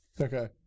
Okay